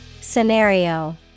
Scenario